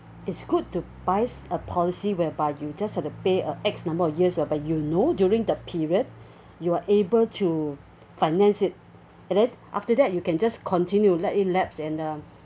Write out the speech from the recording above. it's good to buys a policy whereby you just have to pay a x number of years whereby you know during the period you are able to finance it and then after that you can just continue let it lapse and uh